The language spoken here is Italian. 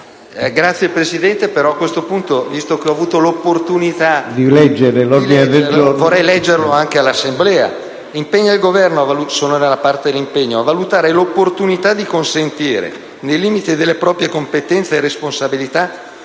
Signor Presidente, a questo punto, visto che ho avuto l'opportunità di leggere l'ordine del giorno G1.150, vorrei leggerlo anche all'Assemblea. Il dispositivo recita: «impegna il Governo a valutare l'opportunità di consentire, nei limiti delle proprie competenze e responsabilità,